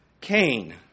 Cain